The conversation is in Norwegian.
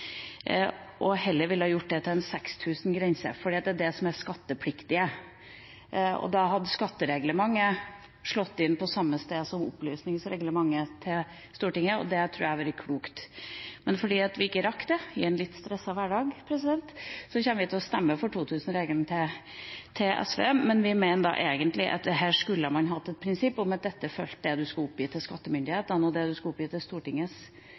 ville heller gjort det til en 6 000-kronersgrense, for det er det som er det skattepliktige, og da hadde skattereglementet slått inn på samme sted som opplysningsreglementet til Stortinget, og det tror jeg hadde vært klokt. Fordi vi ikke rakk det, i en litt stresset hverdag, kommer vi til å stemme for 2 000-kronersregelen til SV, men vi mener egentlig at her skulle man hatt et prinsipp om at dette fulgte det en skal oppgi til skattemyndighetene, og at det en skal oppgi til Stortingets